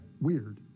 Weird